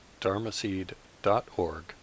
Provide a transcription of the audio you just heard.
dharmaseed.org